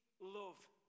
love